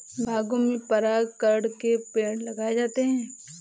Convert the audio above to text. बागों में परागकण के पेड़ लगाए जाते हैं